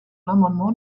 l’amendement